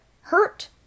hurt